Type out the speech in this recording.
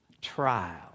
trial